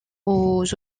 aux